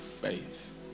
faith